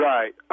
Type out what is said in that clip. Right